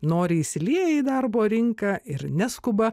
noriai įsilieja į darbo rinką ir neskuba